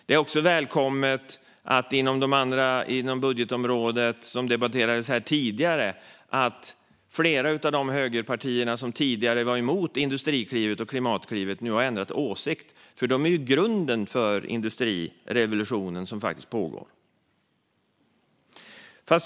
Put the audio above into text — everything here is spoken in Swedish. Det är också välkommet med något som gäller ett budgetområde som debatterades här tidigare: Flera av de högerpartier som tidigare var emot Industriklivet och Klimatklivet har nu ändrat åsikt. De är i grunden för den industrirevolution som pågår.